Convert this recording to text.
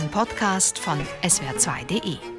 Podcast von SWR2.de.